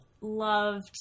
loved